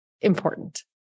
important